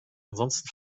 ansonsten